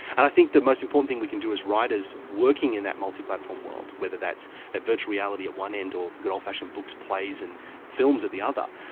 and i think the most important thing we can do as writers working in that multiplatform world, whether that's virtual reality at one end or good old-fashioned books, plays and films at the other,